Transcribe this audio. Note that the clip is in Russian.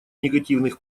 негативных